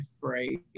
right